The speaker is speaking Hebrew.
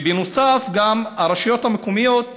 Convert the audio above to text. ובנוסף, הרשויות המקומיות,